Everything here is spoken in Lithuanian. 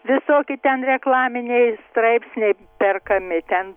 visoki ten reklaminiai straipsniai perkami ten